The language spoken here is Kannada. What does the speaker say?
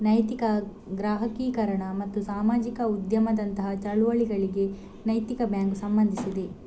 ನೈತಿಕ ಗ್ರಾಹಕೀಕರಣ ಮತ್ತು ಸಾಮಾಜಿಕ ಉದ್ಯಮದಂತಹ ಚಳುವಳಿಗಳಿಗೆ ನೈತಿಕ ಬ್ಯಾಂಕು ಸಂಬಂಧಿಸಿದೆ